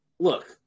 Look